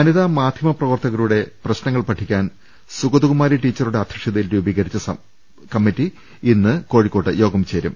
വനിതാ മാധ്യമ പ്രവർത്തകരുടെ പ്രശ്നങ്ങൾ പഠിക്കാൻ സുഗ തകുമാരി ടീച്ചറുടെ അധ്യക്ഷതയിൽ രൂപീകരിച്ച കമ്മിറ്റി ഇന്ന് കോഴിക്കോട്ട് യോഗം ചേരും